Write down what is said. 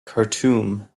khartoum